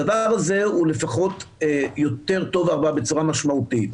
הדבר הזה הוא לפחות יותר טוב בצורה משמעותית,